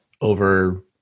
over